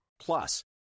Plus